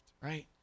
right